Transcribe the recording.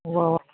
ഉവ്വ് ഉവ്വ്